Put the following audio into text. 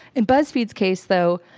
in buzzfeed's case though,